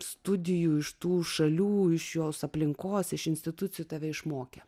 studijų iš tų šalių iš jos aplinkos iš institucijų tave išmokė